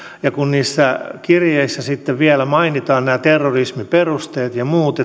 ja kun niissä kirjeissä sitten vielä mainitaan nämä terrorismiperusteet ja muut